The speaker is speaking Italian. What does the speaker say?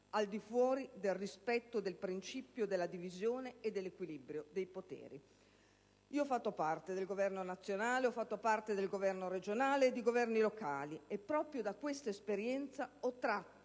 al di fuori del rispetto del principio della divisione e dell'equilibrio dei poteri. Ho fatto parte del Governo nazionale, del Governo regionale e dei governi locali e proprio da queste esperienze ho tratto